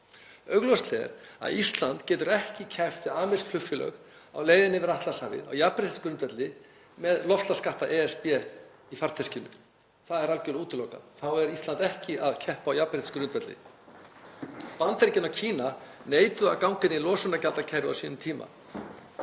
Augljóst er að Ísland getur ekki keppt við amerísk flugfélög á leiðinni yfir Atlantshafið á jafnréttisgrundvelli með loftslagsskatta ESB í farteskinu. Það er algerlega útilokað. Þá er Ísland ekki að keppa á jafnréttisgrundvelli. Bandaríkin og Kína neituðu að ganga inn í losunargjaldakerfið á sínum tíma